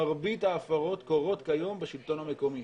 מרבית ההפרות קורות כיום בשלטון המקומי.